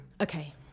Okay